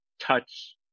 touch